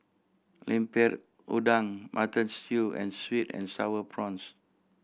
Lemper Udang Mutton Stew and sweet and Sour Prawns